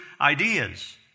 ideas